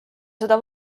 seda